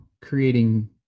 creating